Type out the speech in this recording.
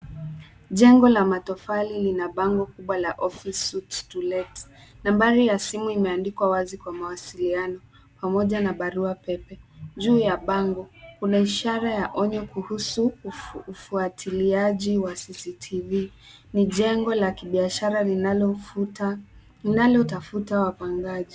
Jengo la matofali lina bango kubwa la Ofice suites to let . Nambari ya simu imeandikwa wazi kwa mawasiliaono pamoja na baruapepe. Juu ya bango, kuna ishara ya onyo kuhusu ufuatiliaji wa CCTV. Ni jengo la kibiashara linalotafuta wapangaji.